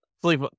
sleep